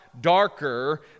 darker